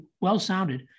well-sounded